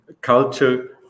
culture